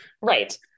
Right